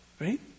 Right